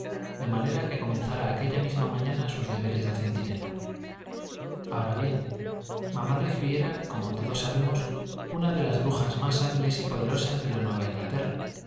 de manera que comenzara aquella misma mañana sus deberes de centinela ahora bien mamá rigby era como todos sabemos una de las brujas más hábiles y poderosas de la nueva inglaterra